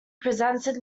presented